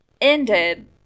ended